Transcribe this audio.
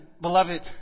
beloved